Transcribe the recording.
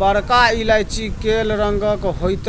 बरका इलायची कैल रंगक होइत